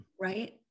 right